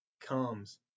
comes